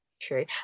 True